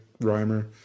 rhymer